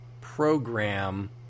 program